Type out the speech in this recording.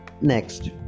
next